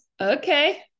okay